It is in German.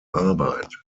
arbeit